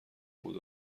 بود